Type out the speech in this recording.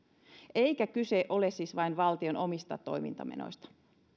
eikä kyse ole siis vain valtion omista toimintamenoista